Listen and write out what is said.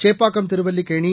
Chepauk Thiruvallikeni